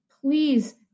please